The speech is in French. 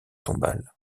tombale